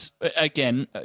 again